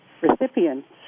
recipients